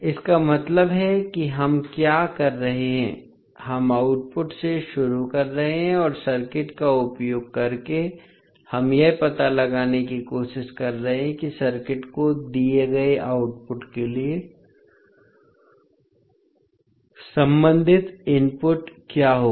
इसका मतलब है कि हम क्या कर रहे हैं हम आउटपुट से शुरू कर रहे हैं और सर्किट का उपयोग करके हम यह पता लगाने की कोशिश कर रहे हैं कि सर्किट को दिए गए आउटपुट के लिए संबंधित इनपुट क्या होगा